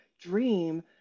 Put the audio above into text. dream